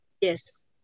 Yes